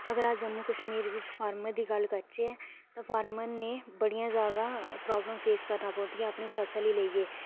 अगर अस जम्मू कश्मीर बिच्च फार्मर दी गल्ल करचै ते फार्मर ने बड़ियां ज्यादा प्राबलम फेस करना पोंदियां न फसल गी लेइयै